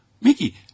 Mickey